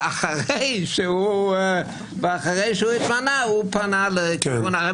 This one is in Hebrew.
ואחרי שהוא התמנה הוא פנה לכיוון אחר,